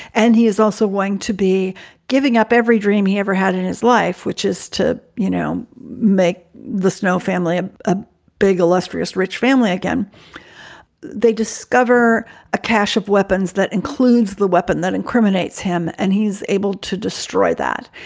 and he is also going to be giving up every dream he ever had in his life, which is to, you know, make the snow family and ah a big, illustrious, rich family. and they discover a cache of weapons that includes the weapon that incriminates him. and he's able to destroy that.